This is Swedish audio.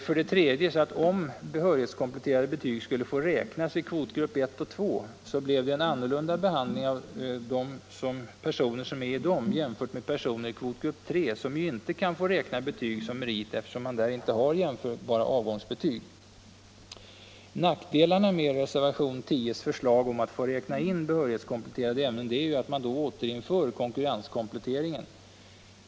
För det tredje skulle det, om behörighetskompletterande betyg fick räknas i kvotgrupperna 1 och 2, bli en annan behandling av dem som tillhör dessa grupper än av dem som tillhör kvotgrupp 3, som ju inte kan få räkna betyg som meriter, eftersom man där inte har jämförbara avgångsbetyg. Nackdelarna med förslaget i reservationen 10 om att man skulle få räkna in behörighetskompletterade ämnen är att man då skulle återinföra konkurrenskompletteringen.